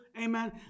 Amen